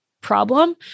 problem